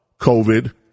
COVID